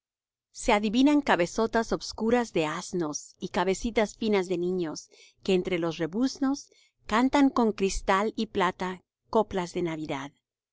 se adivinan cabezotas obscuras de asnos y cabecitas finas de niños que entre los rebuznos cantan con cristal y plata coplas de navidad